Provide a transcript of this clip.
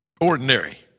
ordinary